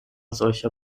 solcher